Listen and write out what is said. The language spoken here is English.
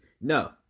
No